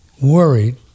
worried